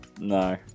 No